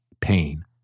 pain